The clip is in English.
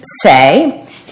say